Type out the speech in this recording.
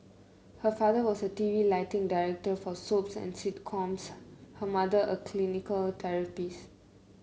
her father was a T V lighting director for soaps and sitcoms her mother a clinical therapist